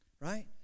Right